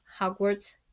Hogwarts